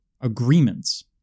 agreements